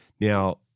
Now